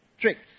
Tricks